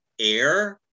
air